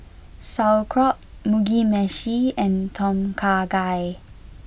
Sauerkraut Mugi Meshi and Tom Kha Gai